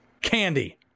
candy